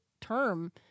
term